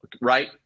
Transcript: right